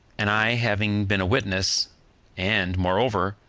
and i having been a witness and, moreover,